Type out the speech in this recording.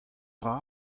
dra